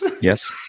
Yes